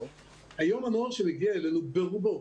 היום הנוער שמגיע אלינו, ברובו,